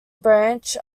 branch